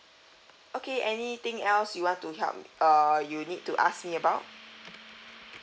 okay anything else you want to help err you need to ask me about